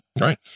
Right